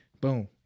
Boom